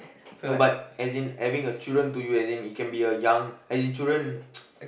no but as in having a children to you as in it can be a young as in children